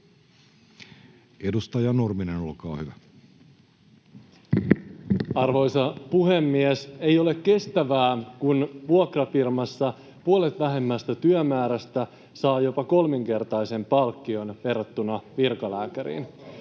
16:03 Content: Arvoisa puhemies! Ei ole kestävää, kun vuokrafirmassa puolet vähemmästä työmäärästä saa jopa kolminkertaisen palkkion verrattuna virkalääkäriin.